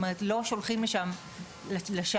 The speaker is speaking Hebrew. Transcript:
לא שולחים לשם לשווא.